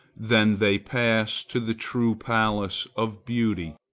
then they pass to the true palace of beauty,